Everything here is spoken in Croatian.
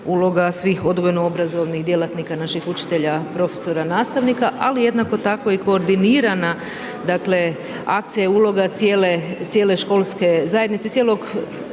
uloga svih odgojno obrazovnih djelatnika naših učitelja, profesora, nastavnika, ali jednako tako i koordinirana dakle akcija i uloga cijele, cijele školske zajednice, cijelog